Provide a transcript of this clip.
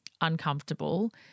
uncomfortable